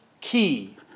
key